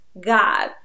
God